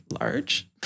large